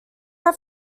had